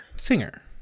Singer